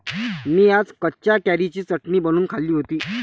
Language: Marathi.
मी आज कच्च्या कैरीची चटणी बनवून खाल्ली होती